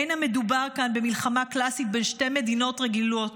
אין המדובר כאן במלחמה קלאסית בין שתי מדינות רגילות,